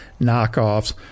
knockoffs